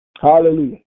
Hallelujah